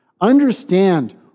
Understand